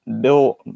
Bill